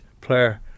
player